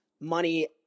money